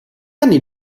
anni